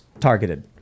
targeted